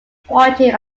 pointing